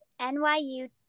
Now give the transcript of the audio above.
NYU